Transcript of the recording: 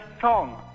song